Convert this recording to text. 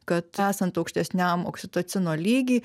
kad esant aukštesniam oksitocino lygiui